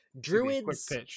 Druids